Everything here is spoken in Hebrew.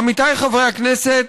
עמיתיי חברי הכנסת,